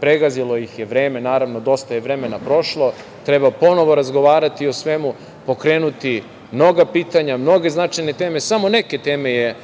Pregazilo ih je vreme, naravno, dosta vremena je prošlo. Treba ponovo razgovarati o svemu, pokrenuti mnoga pitanja, mnoge značajne teme. Samo neke teme je